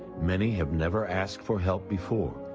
many have never asked for help before.